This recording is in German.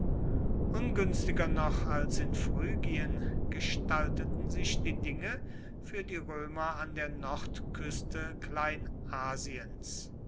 ungünstiger noch als in phrygien gestalteten sich die dinge für die römer an der nordküste